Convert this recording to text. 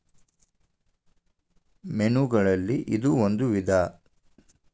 ಮೇನುಗಳಲ್ಲಿ ಇದು ಒಂದ ವಿಧಾ